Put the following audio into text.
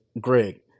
Greg